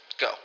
Go